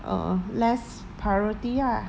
err less priority lah